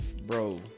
bro